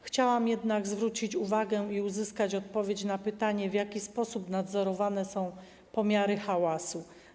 Chciałam jednak zwrócić uwagę i uzyskać odpowiedź na pytanie, w jaki sposób nadzorowane są pomiary hałasu.